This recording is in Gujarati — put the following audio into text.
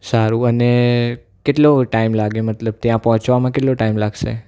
સારું અને કેટલો ટાઈમ લાગે મતલબ ત્યાં પહોંચવામાં કેટલો ટાઈમ લાગશે